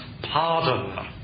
pardon